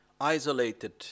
isolated